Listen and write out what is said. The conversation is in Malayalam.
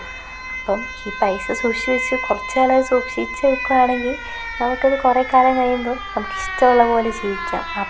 അപ്പം ഇ പൈസ സൂക്ഷിച്ച് വെച്ച് കുറച്ച് കാലം അത് സൂക്ഷിച്ച് വെക്കു ആണെങ്കിൽ നമുക്കത് കുറെ കാലം കഴിയുമ്പോൾ നമുക്കിഷ്ടം ഉള്ളപോലെ ജീവിക്കാം അപ്പം